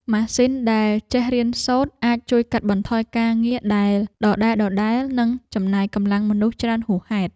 ម៉ាស៊ីនដែលចេះរៀនសូត្រអាចជួយកាត់បន្ថយការងារដែលដដែលៗ និងចំណាយកម្លាំងមនុស្សច្រើនហួសហេតុ។